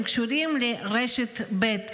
הם קשורים לרשת ב'.